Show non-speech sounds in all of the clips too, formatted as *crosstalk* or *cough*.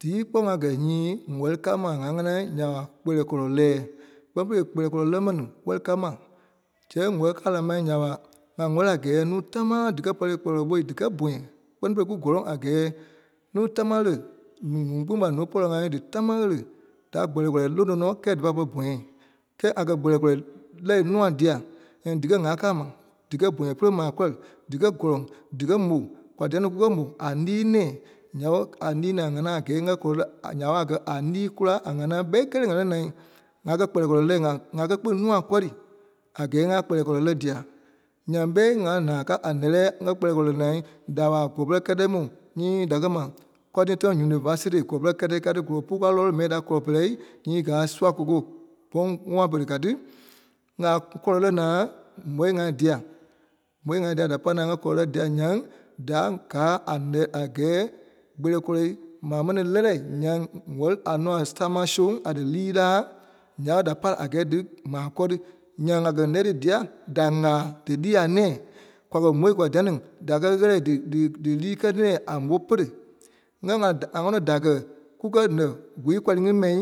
Díi kpɔ́ ŋa kɛ nyii wɛli káa ma a ŋá ŋàŋaa nya ɓa kpɛlɛɛ kɔlɔ lɛɛi. Kpɛ pɛ́lɛ kpɛlɛɛ kɔlɔ lɛ̂ mɛni wɛli káa ma. Sɛŋ wɛlii káa la ma nya ɓa, ŋá wɛli a kɛ́ɛ núui támaa díkɛ kpɛlɛɛ kɔlɔ ɓɔ̂i díkɛ bɔ̃yɛ. Kpɛni fêi ku kɔ́lɔŋ a kɛ́ɛ nuu támaa ɣele ŋí ŋuŋ gbi ɓa nùu pɔ̀lɔ-ŋai dí támaa da kpɛlɛɛ kɔlɔ lono nɔ́ kɛ́ɛ dífa pɔrii pɔ̃rɛ. Kɛɛ a kɛ́ kpɛlɛɛ kɔlɔ lɛ̂ nûa dîa and díkɛ ŋa káa ma díkɛ pɔ̃rɛ pere maa kɔri díkɛ kɔ̀lɔŋ, díkɛ mò, kwa dia-ní kùkɛ mò, a lii-nɛ̃ɛ nya ɓe, a lii-nɛ̃ɛ a ŋàŋaa a kɛɛ ŋa kɔlɔ lɛ̂ a nya a kɛ̀ a líi kùla a ŋàŋaa kpɛ kelee ŋa li naa, ŋa kɛ̀ Kpɛlɛɛ kɔlɔ lɛ̂ ŋa- ŋa kɛ̀ kpîŋ núa kɔri a kɛ́ɛ ŋa Kpɛlɛɛ kɔlɔ lɛ̂ dia. Nyaŋ kpɛɛ ŋa lii naa káa a lɛ̂lɛɛ kɛ̀ kpɛlɛɛ kɔlɔ lɛ̂ naa da ɓa kɔlɔ pɛrɛ kɛ́tɛ da kɛ́ ma Kɔtítɔ̀ŋ University kɔlɔ pɛrɛ kɛ́tɛ káa tí kɔlɔi puu kao lɔ́ɔlu mɛ́i-da kɔlɔ pɛrɛ nyii kȧa Suakoko ɓɔŋ ŋuŋôi pere káa tí, kàa kɔlɔ lɛ̀ naa ɓɔ̂i-ŋai dia. ɓɔ̂i-ŋai dia da pa naa kɛ̀ kɔlɔ lɛ̂ dîa. Nyaŋ da káa a kɛɛ kpelei kɔlɔi ma mɛni lɛ́lɛɛ nyaŋ wɛli a núa támaa soŋ a dílii laa. Ya da pa a kɛɛ dí maa kɔri nyaŋ a kɛ́ lɛ̂ tt́ dîa, da káa dílii a nɛ̃ɛ kwa kɛ̀ mò kwa dia ní da kɛ̀ ɣɛlɛ dí- dí lii kɛ̀ nɛ̃ɛ a mò pere. ŋa- ŋa da- ŋa ŋɔnɔ da kɛ̀ kùkɛ lɛ̂ kwíi gɔlii ŋí mai.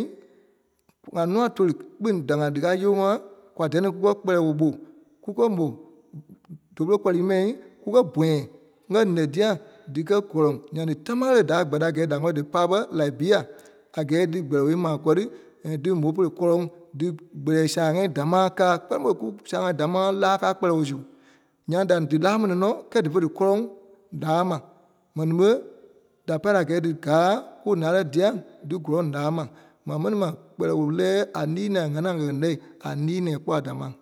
ŋa núa tóli kpîŋ da-ŋai díkaa yɔ́ɔŋa kwa dia ní kùkɛ Kpɛlɛɛ-woo mò kùkɛ mò dóli mò gɔ́lii mai. Kùkɛ pɔ̃yɛ ǹyɛɛ lɛ̀ dia díkɛ kɔ́lɔŋ nyaŋ dí támaa ɣele da kpɛtɛ a kɛɛ dí wɛli dí pa ɓe Laibia, a kɛɛ dí kpɛlɛɛ woo maa kɔri *hesitation* dí mò pere kɔ́lɔŋ. Dí Kpɛlɛɛ saâi-ŋai dámaa kaa kpɛ́ni fêi kù saâ-ŋai dámaa laa kaa kpɛlɛɛ woo su. Nyaŋ da dílaa mɛni nɔ̀ kɛɛ dífe dí kɔ́lɔŋ da a ma. Mɛni ɓe da pai laa a kɛɛ díkaa kù laa lɛ̀ dia dí kɔ́lɔn laa ma. Maa mɛni ma Kpɛlɛɛ woo lɛɛi a lii-nɛ̃ɛ ŋànaa ŋa kɛ̀ lɛ̂. A lii-nɛ̃ɛ kpɔ́ a damaa.